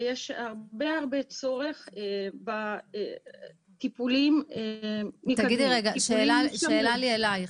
ויש הרבה צורך בטיפולים --- שאלה לי אלייך,